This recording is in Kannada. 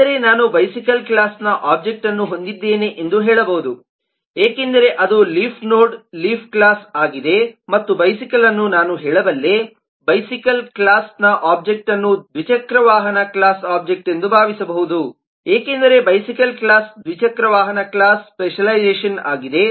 ಆದರೆ ನಾನು ಬೈಸಿಕಲ್ ಕ್ಲಾಸ್ನ ಒಬ್ಜೆಕ್ಟ್ಅನ್ನು ಹೊಂದಿದ್ದೇನೆ ಎಂದು ಹೇಳಬಹುದು ಏಕೆಂದರೆ ಅದು ಲೀಫ್ ನೋಡ್ ಲೀಫ್ ಕ್ಲಾಸ್ ಆಗಿದೆ ಮತ್ತು ಬೈಸಿಕಲ್ಅನ್ನು ನಾನು ಹೇಳಬಲ್ಲೆ ಬೈಸಿಕಲ್ ಕ್ಲಾಸ್ನ ಒಬ್ಜೆಕ್ಟ್ ಅನ್ನು ದ್ವಿಚಕ್ರ ವಾಹನ ಕ್ಲಾಸ್ನ ಒಬ್ಜೆಕ್ಟ್ಎಂದು ಭಾವಿಸಬಹುದು ಏಕೆಂದರೆ ಬೈಸಿಕಲ್ ಕ್ಲಾಸ್ ದ್ವಿಚಕ್ರ ವಾಹನ ಕ್ಲಾಸ್ನ ಸ್ಪೆಷಲ್ಲೈಝೇಷನ್ ಆಗಿದೆ